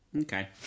Okay